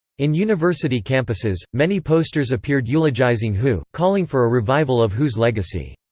in university campuses, many posters appeared eulogizing hu, calling for a revival of hu's legacy.